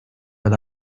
but